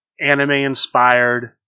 anime-inspired